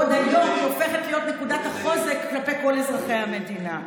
בעוד שהיום היא הופכת להיות נקודת החוזק כלפי כל אזרחי המדינה.